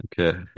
okay